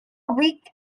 weak